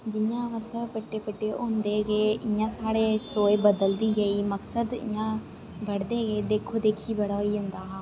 जियां मतलब बड़े बड़े होंदे गे इ'यां साढ़ी सोच बदलदी गेई मक्सद इ'यां बड़दे गे देक्खो देक्खी बड़ा होई जंदा हा